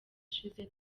ishize